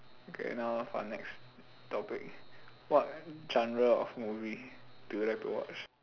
okay now for the next topic what genre of movie do you like to watch